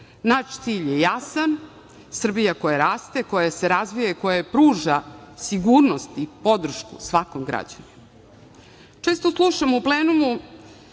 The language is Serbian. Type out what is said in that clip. Naš cilj je jasan - Srbija koja raste, koja se razvija i koja pruža sigurnost i podršku svakom građaninu. Često slušamo u plenumu